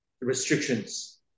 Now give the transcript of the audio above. restrictions